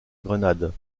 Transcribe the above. grenade